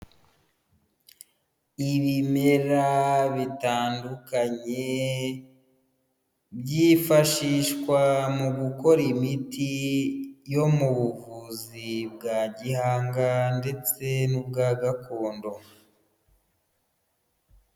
Ibimera bitandukanye, byifashishwa mu gukora imiti yo mu buvuzi bwa gihanga, ndetse n'ubwa gakondo.